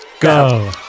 go